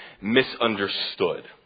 misunderstood